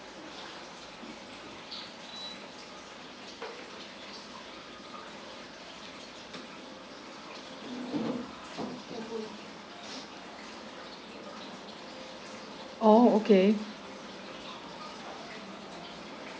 oh okay